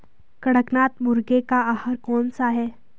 कड़कनाथ मुर्गे का आहार कौन सा है?